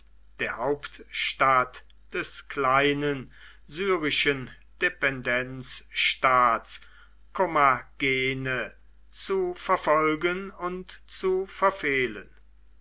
der hauptstadt des kleinen syrischen dependenzstaats kommagene zu verfolgen und zu verfehlen